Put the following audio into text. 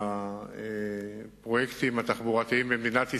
ומהפרויקטים התחבורתיים במדינת ישראל.